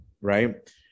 Right